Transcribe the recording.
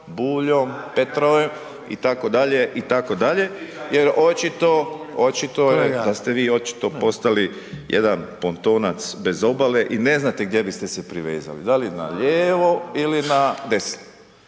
Buljom, Petrovom itd., itd. jer očito, očito je da ste vi očito postali jedan pontonac bez obale i ne znate gdje biste se privezali, da li na lijevo ili na desno.